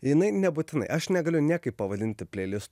jinai nebūtinai aš negaliu niekaip pavadinti pleilisto